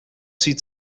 zieht